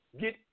Get